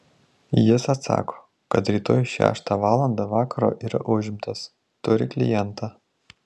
jis atsako kad rytoj šeštą valandą vakaro yra užimtas turi klientą